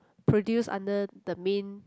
produce under the main